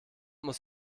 muss